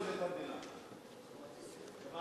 ההצעה להעביר את הצעת חוק העונשין (תיקון מס'